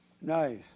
Nice